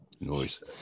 Noise